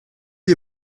des